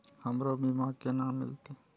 हमरो बीमा केना मिलते?